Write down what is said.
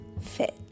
fit